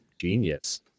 genius